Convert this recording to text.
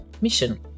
mission